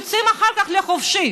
שיוצאים אחר כך לחופשי,